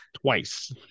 Twice